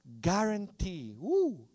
guarantee